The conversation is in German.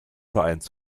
vereins